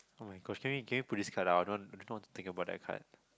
oh-my-gosh can we can we put out this card I don't want I don't know what to think about that card